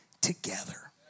together